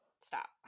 stop